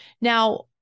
Now